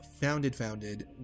founded-founded